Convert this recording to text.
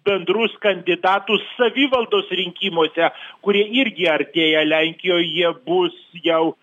bendrus kandidatus savivaldos rinkimuose kurie irgi artėja lenkijoj jie bus jau